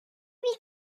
will